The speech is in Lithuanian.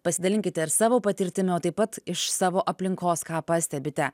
pasidalinkite ir savo patirtimi o taip pat iš savo aplinkos ką pastebite